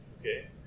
Okay